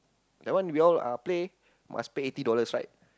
that one we all uh play must pay eighty dollars right